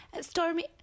Stormy